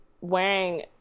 wearing